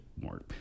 more